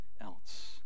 else